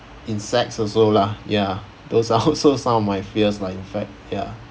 insects also lah ya those are also some of my fears lah in fact ya